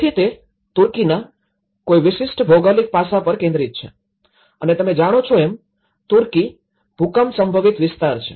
તેથી તે તુર્કીના કોઈ વિશિષ્ટ ભૌગોલિક પાસા પર કેન્દ્રિત છે અને તમે જાણો છો એમ તુર્કી ભુંકંપ સંભવિત વિસ્તાર છે